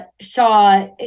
Shaw